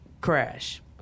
crash